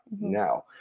now